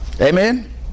Amen